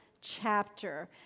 chapter